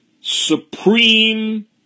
supreme